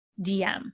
DM